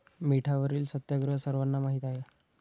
मिठावरील सत्याग्रह सर्वांना माहीत आहे